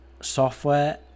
software